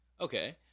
Okay